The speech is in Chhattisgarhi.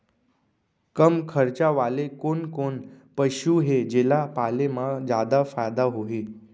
कम खरचा वाले कोन कोन पसु हे जेला पाले म जादा फायदा होही?